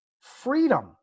freedom